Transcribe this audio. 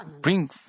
bring